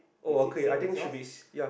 is it same as yours